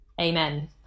Amen